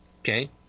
Okay